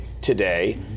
today